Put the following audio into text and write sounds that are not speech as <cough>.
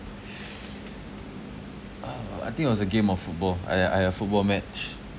<noise> orh I think it was a game of football ah ya ah ya football match